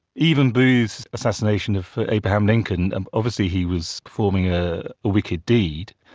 even booth's assassination of abraham lincoln, and obviously he was performing a wicked deed,